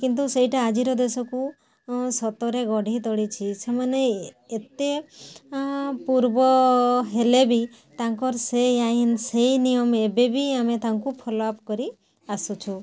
କିନ୍ତୁ ସେଇଟା ଆଜିର ଦେଶକୁ ସତରେ ଗଢ଼ି ତୋଳିଛି ସେମାନେ ଏତେ ପୂର୍ବ ହେଲେ ବି ତାଙ୍କର ସେଇ ଆଇନ ସେଇ ନିୟମ ଏବେ ବି ଆମେ ତାଙ୍କୁ ଫଲୋଅପ କରି ଆସୁଛୁ